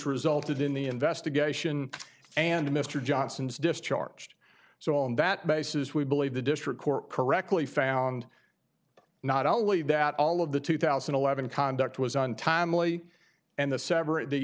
resulted in the investigation and mr johnson's discharged so on that basis we believe the district court correctly found not only that all of the two thousand and eleven conduct was on timely and the separate the